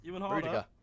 Rudiger